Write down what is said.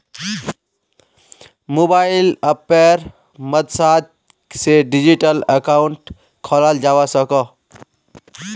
mobile अप्पेर मद्साद से डिजिटल अकाउंट खोलाल जावा सकोह